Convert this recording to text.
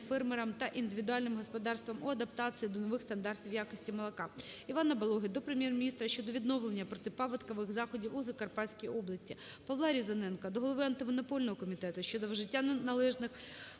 фермерам та індивідуальним господарствам у адаптації до нових стандартів якості молока. Івана Балоги до Прем'єр-міністра щодо відновлення протипаводкових заходів у Закарпатській області. ПавлаРізаненка до голови антимонопольного комітету щодо вжиття належних